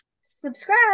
subscribe